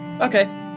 Okay